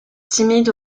timide